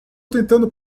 tentando